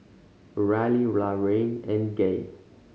Ryleigh Laraine and Gay